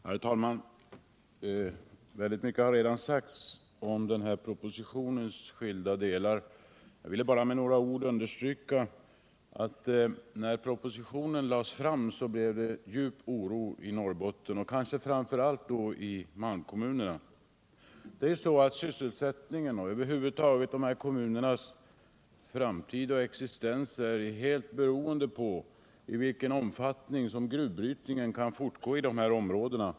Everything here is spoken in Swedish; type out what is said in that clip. Herr talman! Väldigt mycket har redan sagts om den här propositionens skilda delar. Jag vill bara med några ord understryka att när propositionen lades fram blev det djup oro i Norrbotten, och framför allt i malmkom 47 munerna. Sysselsättningen, och över huvud taget de här kommunernas framtida existens, är helt beroende av i vilken omfattning gruvbrytningen kan fortgå i de här områdena.